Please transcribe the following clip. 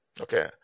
Okay